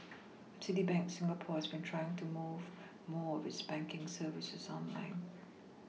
Citibank Singapore has been trying to move more of its banking services online